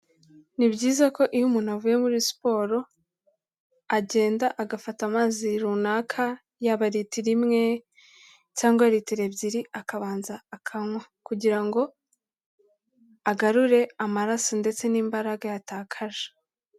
Ni byiza ko iyo umuntu avuye muri siporo agenda agafata amazi runaka, yaba litiro imwe cyangwa litiro ebyiri, akabanza akanywa kugira ngo agarure amaraso ndetse n'imbaraga yatakaje.